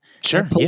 Sure